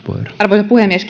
arvoisa puhemies